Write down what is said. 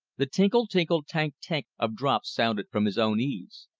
the tinkle tinkle tank tank of drops sounded from his own eaves.